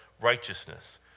righteousness